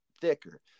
thicker